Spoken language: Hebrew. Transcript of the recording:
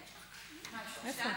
איפה?